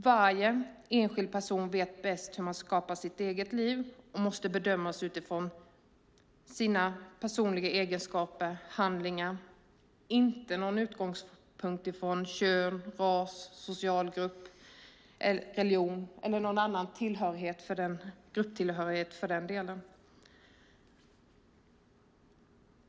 Varje enskild person vet bäst hur man ska skapa sitt eget liv och måste få bedöma utifrån sina personliga egenskaper och handlingar, inte med utgångspunkt från kön, ras, socialgrupp, religion eller någon annan grupptillhörighet för den delen.